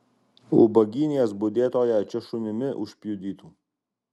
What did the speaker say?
ubagynės budėtoją čia šunimi užpjudytų